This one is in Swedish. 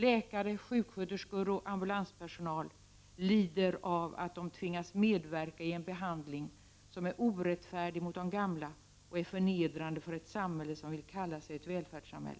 Läkare, sjuksköterskor och ambulanspersonal lider av att tvingas medverka i en be handling som är orättfärdig mot de gamla och förnedrande för ett samhälle som vill kalla sig ett välfärdssamhälle.